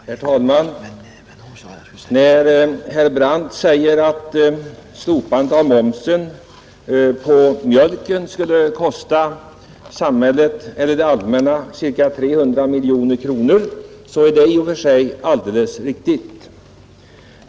Herr talman! Herr Brandt sade att borttagandet av momsen på mjölk skulle kosta det allmänna ca 300 miljoner kronor. | Det är i och för sig alldeles riktigt.